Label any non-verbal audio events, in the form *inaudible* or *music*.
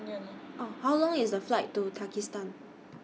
*noise* How Long IS The Flight to Tajikistan